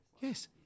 Yes